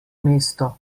mesto